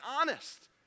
honest